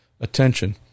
attention